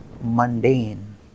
mundane